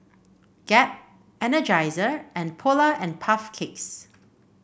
Gap Energizer and Polar and Puff Cakes